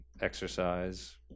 exercise